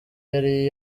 yari